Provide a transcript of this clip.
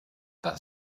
that